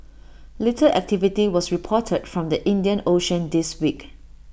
little activity was reported from the Indian ocean this week